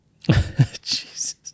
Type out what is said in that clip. Jesus